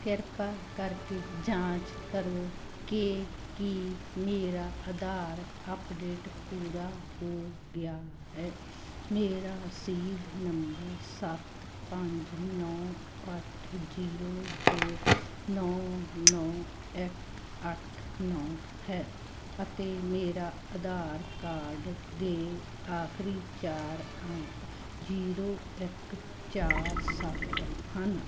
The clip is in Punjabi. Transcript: ਕਿਰਪਾ ਕਰਕੇ ਜਾਂਚ ਕਰੋ ਕਿ ਕੀ ਮੇਰਾ ਆਧਾਰ ਅੱਪਡੇਟ ਪੂਰਾ ਹੋ ਗਿਆ ਹੈ ਮੇਰਾ ਰਸੀਦ ਨੰਬਰ ਸੱਤ ਪੰਜ ਨੌਂ ਅੱਠ ਜ਼ੀਰੋ ਦੋ ਨੌਂ ਨੌਂ ਇੱਕ ਅੱਠ ਨੌਂ ਹੈ ਅਤੇ ਮੇਰੇ ਆਧਾਰ ਕਾਰਡ ਦੇ ਆਖਰੀ ਚਾਰ ਅੰਕ ਜ਼ੀਰੋ ਇੱਕ ਚਾਰ ਸੱਤ ਹਨ